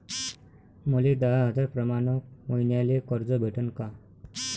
मले दहा हजार प्रमाण मईन्याले कर्ज भेटन का?